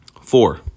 Four